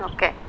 Okay